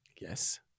Yes